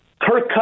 Kirk